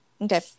Okay